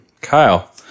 Kyle